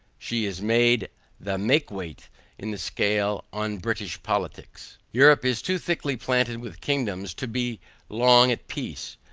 she is made the make-weight in the scale on british politics. europe is too thickly planted with kingdoms to be long at peace,